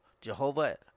Jehovah